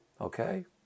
okay